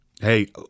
Hey